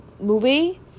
movie